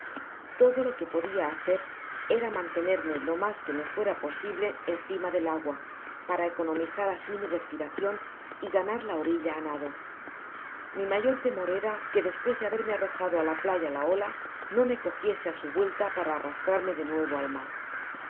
todo lo que podia hacor era mantenerme lo mas que me fuera pasible encima del agua para economizar asi mi respiracion y ganar la orilla á nado mi mayor temor era que despues de haberme arrojado á la playa la ola no me cojiese á su vuelta para arrastrarme de nuevo al mar